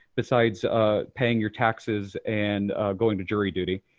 besides paying your taxes and going to jury duty,